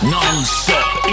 Non-stop